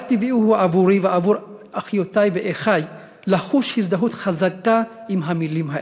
רק טבעי הוא עבורי ועבור אחיותי ואחי לחוש הזדהות חזקה עם המילים האלה.